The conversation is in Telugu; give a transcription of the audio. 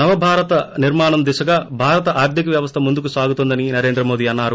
నవభారత నిర్మాణం దిశగా భారత ఆర్దిక వ్యవస్ద ముందుకు సాగుతోందని నరేంద్రమోదీ అన్నారు